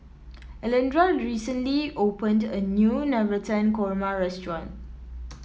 Alondra recently opened a new Navratan Korma restaurant